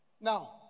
Now